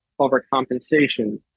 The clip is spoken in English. overcompensation